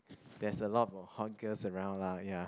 there's a lot of hot girls around lah ya